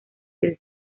del